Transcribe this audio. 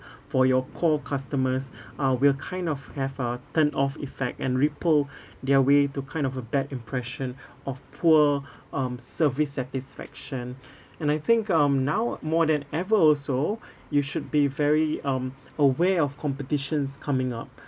for your core customers uh will kind of have a turn-off effect and ripple their way to kind of a bad impression of poor um service satisfaction and I think um now more than ever also you should be very um aware of competitions coming up